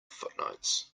footnotes